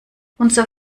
unser